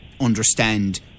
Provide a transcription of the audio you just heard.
understand